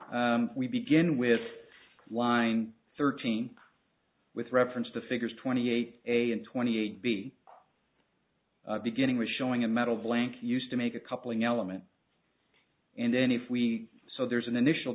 line we begin with line thirteen with reference to figures twenty eight a and twenty eight b beginning with showing a metal blank used to make a couple an element and then if we so there's an initial